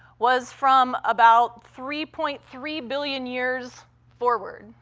was from about three point three billion years forward,